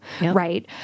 Right